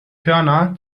körner